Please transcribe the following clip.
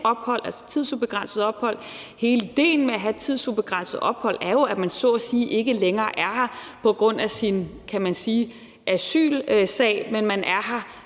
altså tidsubegrænset ophold. Hele idéen med at have tidsubegrænset ophold er jo, at man så at sige ikke længere er her på grund af sin asylsag, men at man er her,